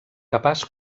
capaç